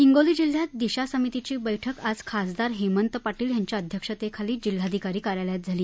हिंगोली जिल्ह्यात दिशा समितीची बैठक आज खासदार हेमंत पाटील यांच्या अध्यक्षतेखाली जिल्हाधिकारी कार्यालयात झाली